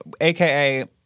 AKA